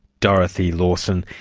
dorothy lawson,